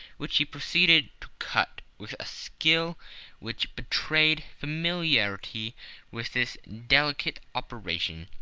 which he proceeded to cut with a skill which betrayed familiarity with this delicate operation.